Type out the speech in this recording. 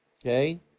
Okay